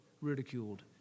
ridiculed